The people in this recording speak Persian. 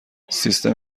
سیستم